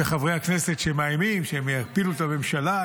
ויש חברי כנסת שמאיימים שהם יפילו את הממשלה,